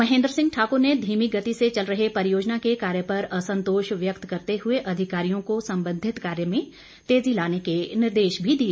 महेंद्र सिंह ठाकुर ने धीमी गति से चल रहे परियोजना के कार्य पर असंतोष व्यक्त करते हुए अधिकारियों को संबंधित कार्य में तेजी लाने के निर्देश भी दिए